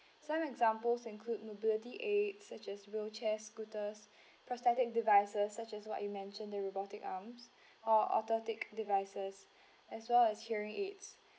some examples include mobility aids such as wheelchairs scooters prosthetic devices such as what you mentioned the robotic arms or orthotic devices as well as hearing aids